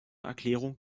erklärung